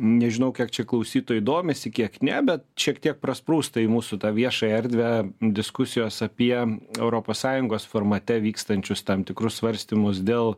nežinau kiek čia klausytojų domisi kiek ne bet šiek tiek prasprūsta į mūsų tą viešąją erdvę diskusijos apie europos sąjungos formate vykstančius tam tikrus svarstymus dėl